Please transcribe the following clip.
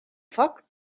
foc